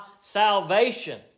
salvation